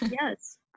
Yes